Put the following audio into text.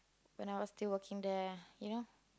when I was still working there you know